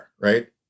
right